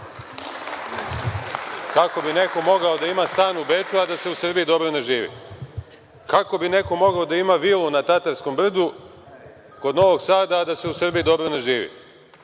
Kako bi neko mogao da ima stan u Beču a da se u Srbiji dobro ne živi? Kako bi neko mogao da ima vilu na Tatarskom brdu kod Novog Sada, a da se u Srbiji dobro ne živi?